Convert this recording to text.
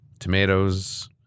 tomatoes